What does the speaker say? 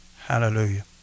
Hallelujah